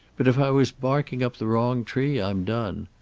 but if i was barking up the wrong tree, i'm done.